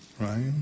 right